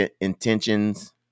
intentions